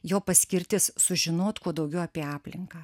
jo paskirtis sužinot kuo daugiau apie aplinką